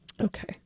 Okay